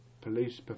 police